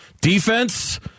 Defense